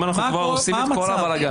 אם אנחנו כבר עושים את כל הבלגן